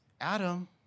Adam